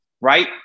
Right